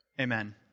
amen